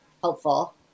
helpful